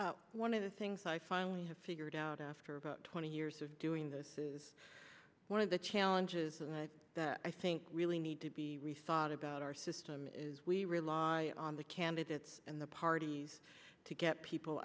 one of the things i finally have figured out after about twenty years of doing this is one of the challenges and i think we really need to be rethought about our system is we rely on the candidates and the parties to get people